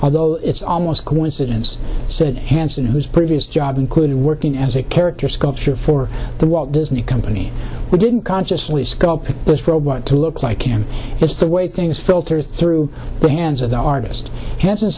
although it's almost coincidence said hansen whose previous job included working as a character sculpture for the walt disney company we didn't consciously sculpt this robot to look like him it's the way things filter through the hands of the artist has